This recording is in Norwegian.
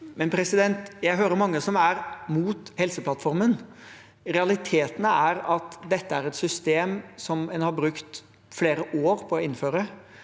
fungerer. Jeg hører mange som er imot Helseplattformen. Realitetene er at dette er et system som en har brukt flere år på å innføre,